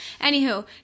anywho